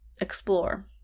explore